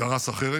גרס אחרת.